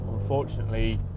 unfortunately